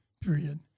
period